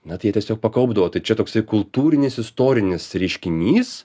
na tai jie tiesiog pakaupdavo tai čia toksai kultūrinis istorinis reiškinys